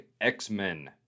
X-Men